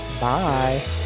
Bye